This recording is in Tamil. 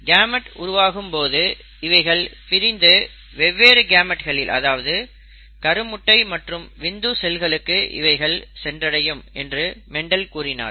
கேமெட் உருவாகும் போது இவைகள் பிரிந்து வெவ்வேறு கேமெட்களில் அதாவது கரு முட்டையை மற்றும் விந்து செல்களுக்கு இவைகள் சென்றடையும் என்று மெண்டல் கூறினார்